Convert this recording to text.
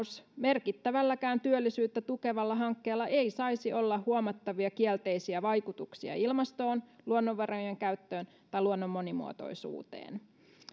merkittävälläkään työllisyyttä tukevalla hankkeella ei saisi olla huomattavia kielteisiä vaikutuksia ilmastoon luonnonvarojen käyttöön tai luonnon monimuotoisuuteen